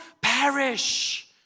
perish